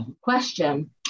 question